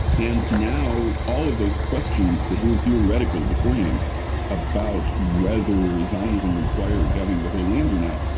and now, all of those questions that were theoretical beforehand about whether zionism required having the whole land or not,